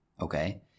okay